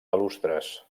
balustres